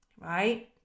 right